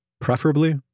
preferably